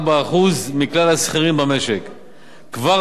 כמה מהם עובדים זרים?